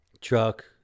truck